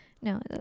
No